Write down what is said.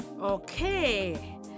Okay